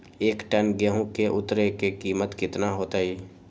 एक टन गेंहू के उतरे के कीमत कितना होतई?